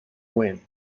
win